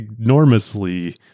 enormously